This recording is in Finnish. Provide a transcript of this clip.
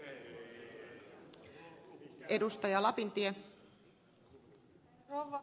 rouva puhemies